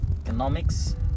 Economics